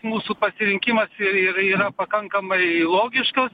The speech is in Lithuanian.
mūsų pasirinkimas ir yra pakankamai logiškas